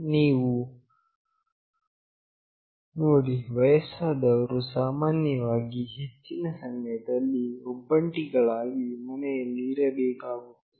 ನೀವು ನೋಡಿ ವಯಸ್ಸಾದವರು ಸಾಮಾನ್ಯವಾಗಿ ಹೆಚ್ಚಿನ ಸಮಯದಲ್ಲಿ ಒಬ್ಬಂಟಿಗಳಾಗಿ ಮನೆಯಲ್ಲಿ ಇರಬೇಕಾಗುತ್ತದೆ